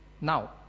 Now